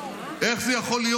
איך זה יכול להיות?